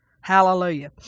Hallelujah